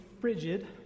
frigid